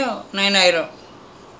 then come back home eight eight thirty